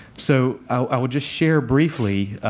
so i will just share briefly